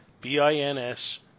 B-I-N-S